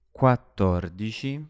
quattordici